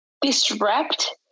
disrupt